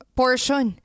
portion